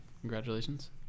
Congratulations